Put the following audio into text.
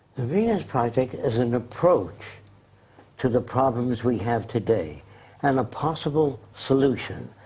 the venus project is an approach to the problems we have today and a possible solution.